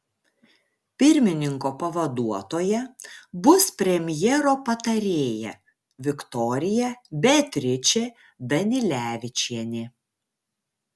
pirmininko pavaduotoja bus premjero patarėja viktorija beatričė danilevičienė